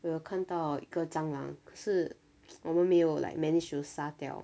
我又看到一个蟑螂可是我们没有 like managed to 杀掉